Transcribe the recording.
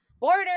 border